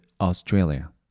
Australia